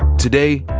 today,